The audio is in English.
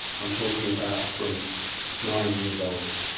i'm talking about from nine years old.